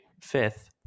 fifth